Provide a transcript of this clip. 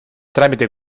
tramite